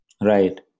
Right